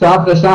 שעה אחרי שעה,